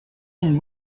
une